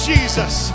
Jesus